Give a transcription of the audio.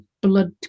blood